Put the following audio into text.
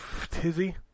Tizzy